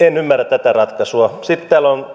en ymmärrä tätä ratkaisua sitten täällä on